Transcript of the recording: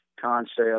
concept